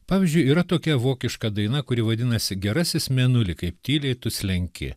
pavyzdžiui yra tokia vokiška daina kuri vadinasi gerasis mėnulį kaip tyliai tu slenki